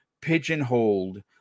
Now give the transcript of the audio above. pigeonholed